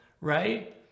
Right